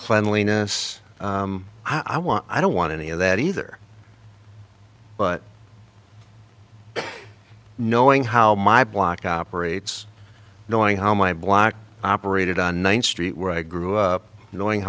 cleanliness i want i don't want any of that either but knowing how my block operates knowing how my black operated on one street where i grew up knowing